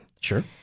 Sure